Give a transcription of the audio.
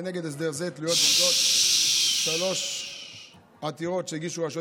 כנגד הסדר זה תלויות ועומדות שלוש עתירות שהגישו רשויות